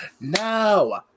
no